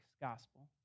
Gospel